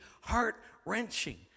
heart-wrenching